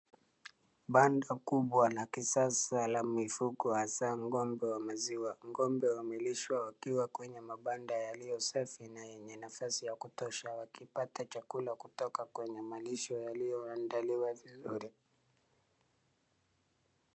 Banda kubwa la kisasa la mifugo hasa ng'ombe wa maziwa. Ng'ombe wamelishwa wakiwa kwenye mabanda yaliyosafi na yenye nafasi ya kutosha wakipata chakula kutoka kwenye malisho yaliyoandaliwa vizuri.